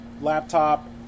laptop